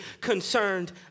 concerned